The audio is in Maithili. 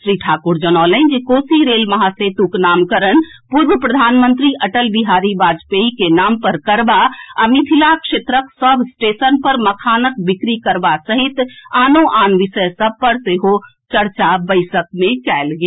श्री ठाकुर जनौलनि जे कोसी रेल महासेतुक नामकरण पूर्व प्रधानमंत्री अटल बिहारी वाजपेयी के नाम पर करबा आ मिथिला क्षेत्रक सभ स्टेशन पर मखानक बिक्री करबा सहित अन्य विषय सभ पर सेहो चर्चा बैसक मे कएल गेल